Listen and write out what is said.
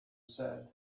said